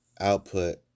output